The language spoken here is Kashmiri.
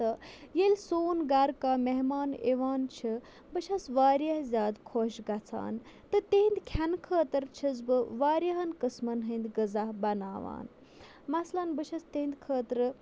تہٕ ییٚلہِ سون گَرٕ کانٛہہ مہمان یِوان چھِ بہٕ چھَس واریاہ زیادٕ خۄش گژھان تہٕ تِہِنٛدۍ کھٮ۪نہٕ خٲطٕر چھَس بہٕ واریاہَن قٕسمَن ہٕنٛدۍ غذا بَناوان مثلاً بہٕ چھَس تِہِنٛدۍ خٲطرٕ